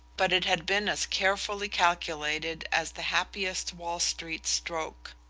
but it had been as carefully calculated as the happiest wall street stroke.